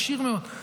עשיר מאוד.